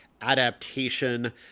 adaptation